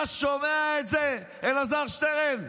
אתה שומע את זה, אלעזר שטרן?